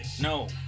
No